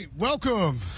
Welcome